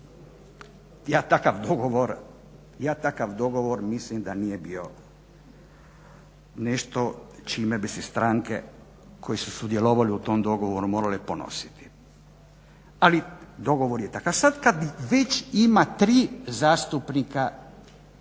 ja takav dogovor mislim da nije bio nešto čime bi se stranke koje su sudjelovale u tom dogovoru morale ponositi. Ali dogovor je takav. Sad kad već ima tri zastupnika po